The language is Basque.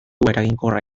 eraginkorra